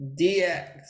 dx